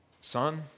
Son